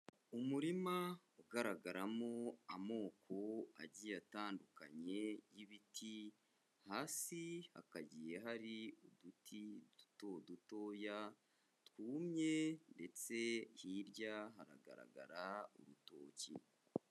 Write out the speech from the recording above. Umurima ugaragaramo amoko agiye atandukanye y'ibiti, hasi hakagiye hari uduti dutodutoya twumye ndetse hirya haragaragara urutoki.